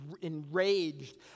enraged